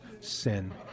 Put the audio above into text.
sin